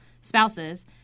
spouses